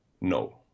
No